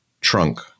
trunk